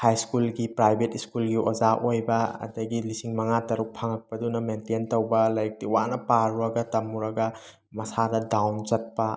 ꯍꯥꯏ ꯁ꯭ꯀꯨꯜꯒꯤ ꯄ꯭ꯔꯥꯏꯕꯦꯠ ꯁ꯭ꯀꯨꯜꯒꯤ ꯑꯣꯖꯥ ꯑꯣꯏꯕ ꯑꯗꯒꯤ ꯂꯤꯁꯤꯡ ꯃꯉꯥ ꯇꯔꯨꯛ ꯐꯪꯉꯛꯄꯗꯨꯅ ꯃꯦꯟꯇꯦꯟ ꯇꯧꯕ ꯂꯥꯏꯔꯤꯛꯇꯤ ꯋꯥꯅ ꯄꯥꯔꯨꯔꯒ ꯇꯝꯃꯨꯔꯒ ꯃꯁꯥꯗ ꯗꯥꯎꯟ ꯆꯠꯄ